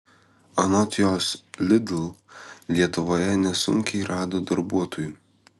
anot jos lidl lietuvoje nesunkiai rado darbuotojų